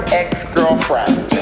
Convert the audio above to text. ex-girlfriend